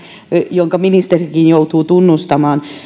jonka ministerikin joutuu tunnustamaan